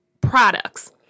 products